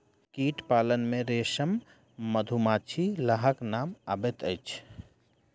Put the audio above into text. कीट पालन मे रेशम, मधुमाछी, लाहक नाम अबैत अछि